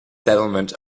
settlement